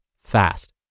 fast